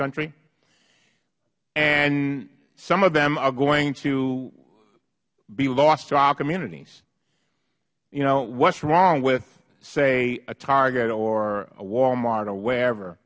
country and some of them are going to be lost to our communities you know what is wrong with say a target or a walmart or wherever